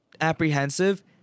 apprehensive